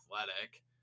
athletic